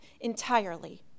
entirely